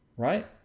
right?